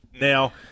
now